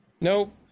nope